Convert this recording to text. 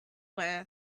were